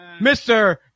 Mr